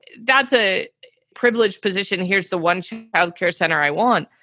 that's a privileged position. here's the one child care center i want.